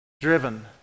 driven